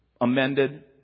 amended